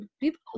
people